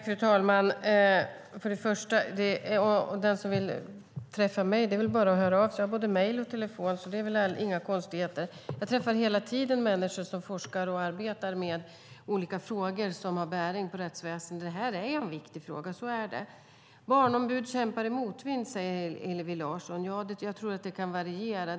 Fru talman! Vill någon träffa mig är det bara att höra av sig. Jag har både mejl och telefon, så det är inga konstigheter. Jag träffar hela tiden människor som forskar och arbetar med olika frågor som har bäring på rättsväsendet, och detta är en viktig fråga. Barnombud kämpar i motvind, säger Hillevi Larsson. Det kan nog variera.